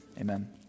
Amen